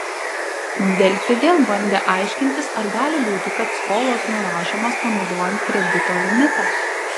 delfi vėl bandė aiškintis ar gali būti kad skolos nurašomos panaudojant kredito limitą